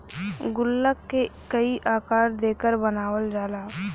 गुल्लक क कई आकार देकर बनावल जाला